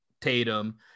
Tatum